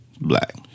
black